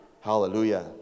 Hallelujah